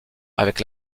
avec